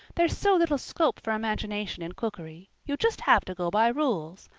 there's so little scope for imagination in cookery. you just have to go by rules.